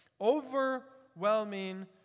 Overwhelming